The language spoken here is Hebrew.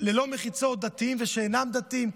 ללא מחיצות, דתיים ושאינם דתיים.